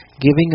giving